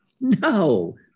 no